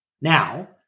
now